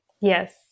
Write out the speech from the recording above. Yes